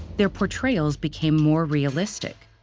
their portrayals became more realistic.